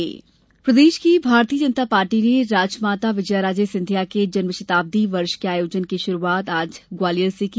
राजमाता जन्मशती प्रदेश की भारतीय जनता पार्टी ने राजमाता विजयाराजे सिंधिया के जन्मशताब्दी वर्ष के आयोजन की शुरुआत आज ग्वालियर से की